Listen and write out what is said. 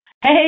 Hey